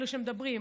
אלה שמדברים,